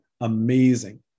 amazing